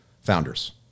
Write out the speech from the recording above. founders